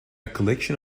collection